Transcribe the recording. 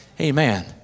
Amen